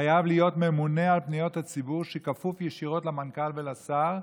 חייב להיות ממונה על פניות הציבור שכפוף ישירות למנכ"ל ולשר,